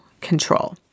control